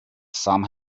some